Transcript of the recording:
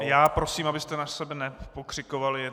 Já prosím, abyste na sebe nepokřikovali.